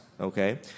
Okay